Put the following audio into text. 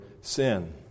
sin